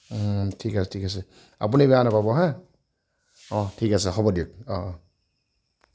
ঠিক আছে ঠিক আছে আপুনি বেয়া নাপাব হা অঁ ঠিক আছে হ'ব দিয়ক অঁ অঁ